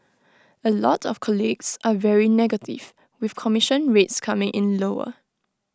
A lot of colleagues are very negative with commission rates coming in lower